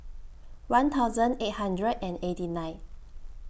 one thousand eight hundred and eighty nine